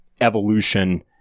evolution